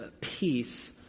peace